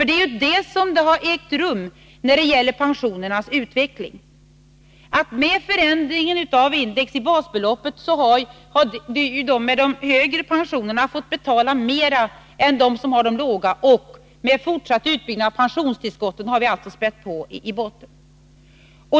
Det är ju vad som har skett i fråga om pensionernas utveckling. Med förändringen av index för basbeloppet har personer med högre inkomster fått betala mer än de med låga pensioner. Med fortsatt utbyggnad av pensionstillskottet har vi fyllt på i botten.